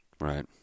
Right